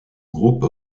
groupe